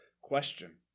question